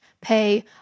pay